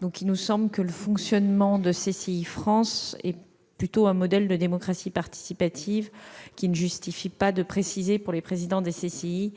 Il nous semble que le fonctionnement de CCI France est plutôt un modèle de démocratie participative, qui ne justifie pas de préciser que les présidents de CCI